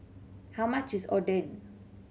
how much is Oden